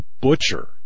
butcher